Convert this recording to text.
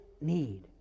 need